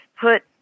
put